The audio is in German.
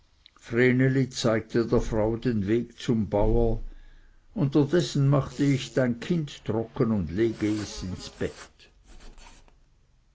zeigte der frau den weg zum bauer unterdessen mache ich dein kind trocken und lege es ins bett